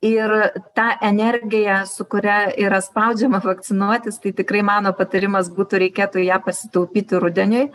ir ta energija su kuria yra spaudžiama vakcinuotis tai tikrai mano patarimas būtų reikėtų ją pasitaupyti rudeniui